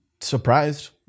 surprised